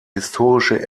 historische